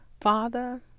Father